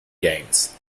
games